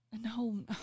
No